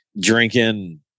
drinking